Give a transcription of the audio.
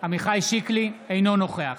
אינו נוכח